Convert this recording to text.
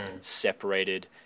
separated